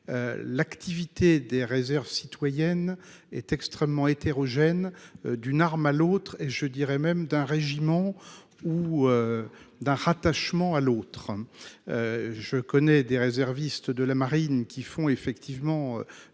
L'activité des réserves citoyennes est extrêmement hétérogène d'une arme à l'autre et je dirais même d'un régiment ou. D'un rattachement à l'autre. Je connais des réservistes de la marine qui font effectivement